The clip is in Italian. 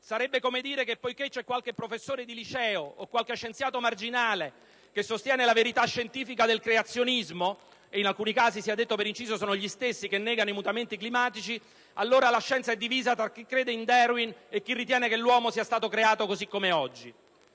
Sarebbe come dire che, poiché c'è qualche professore di liceo o qualche scienziato marginale che sostiene la verità scientifica del creazionismo - e in alcuni casi, sia detto per inciso, sono gli stessi che negano i mutamenti climatici - allora la scienza è divisa tra chi crede in Darwin e chi ritiene che l'uomo sia stato creato così com'è oggi.